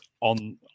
on